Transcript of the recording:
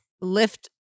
lift